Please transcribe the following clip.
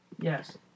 Yes